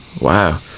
Wow